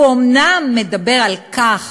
הוא אומנם מדבר על כך